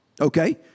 okay